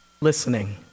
listening